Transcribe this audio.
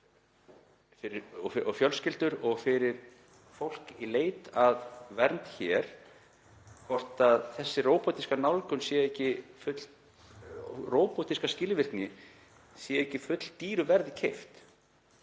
og fjölskyldur og fyrir fólk í leit að vernd hér, hvort þessi róbotíska nálgun, þessi róbotíska skilvirkni sé ekki fulldýru verði keypt.